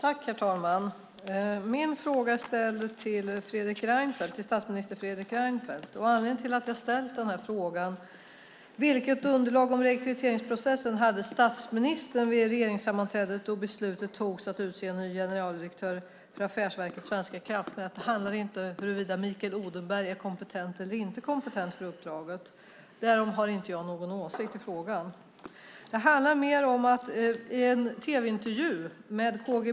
Herr talman! Min interpellation ställdes till statsminister Fredrik Reinfeldt. När det gäller anledningen till att jag frågat vilket underlag om rekryteringsprocessen statsministern hade vid det regeringssammanträde då beslut togs om att utse en ny generaldirektör för Affärsverket svenska kraftnät handlar det inte om huruvida Mikael Odenberg är kompetent eller inte kompetent för uppdraget. Därom har inte jag någon åsikt. Det handlar mer om att statsministern i en tv-intervju med K.G.